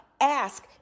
Ask